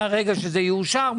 מהרגע שזה יאושר,